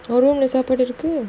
the room on saturday has to clear